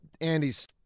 Andy's